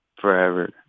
forever